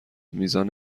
میزان